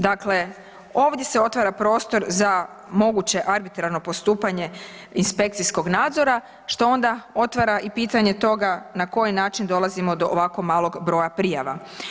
Dakle, ovdje se otvara prostor za moguće arbitrarno postupanje inspekcijskog nadzora što onda otvara i pitanje toga na koji način dolazimo do ovako malog broja prijava.